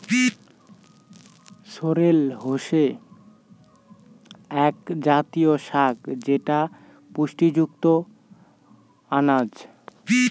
sorrel হসে আক জাতীয় শাক যেটা পুষ্টিযুক্ত আনাজ